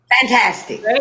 Fantastic